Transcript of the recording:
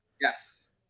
Yes